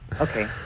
Okay